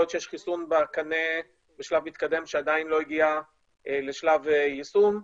להיות שיש חיסון בקנה בשלב מתקדם שעדיין לא הגיע לשלב יישום.